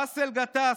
באסל גטאס,